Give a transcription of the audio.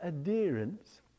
adherence